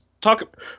talk